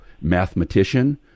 mathematician